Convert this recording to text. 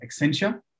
Accenture